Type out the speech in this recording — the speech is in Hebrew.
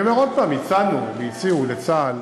אני אומר עוד הפעם, הצענו, והציעו לצה"ל